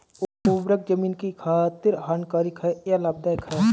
उर्वरक ज़मीन की खातिर हानिकारक है या लाभदायक है?